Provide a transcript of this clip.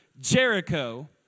Jericho